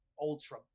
ultra